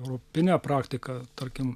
europinę praktiką tarkim